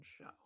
show